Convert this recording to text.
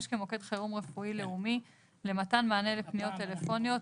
כמוקד חירום רפואי לאומי למתן ענה לפניות טלפוניות,